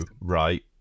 right